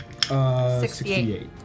68